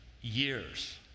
years